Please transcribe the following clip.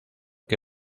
que